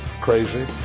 crazy